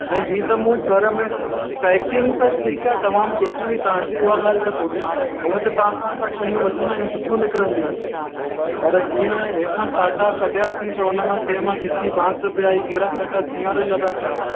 ऐं ही त मूं घर में पैकिंग त ठीकु आहे तमामु सुठी हुई तव्हां जी उहा ॻाल्हि त कोने हूअं त तव्हां खां असां शयूं वठंदा आहियूं सुठियूं निकिरंदियूं आहिनि पर जीअं हेठां साटा कढियासीं त हुन मां कंहिं मां खिखी बांस पिए आई कहिड़ा साटा सिंयारल पिया हुआ